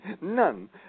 none